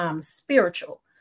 spiritual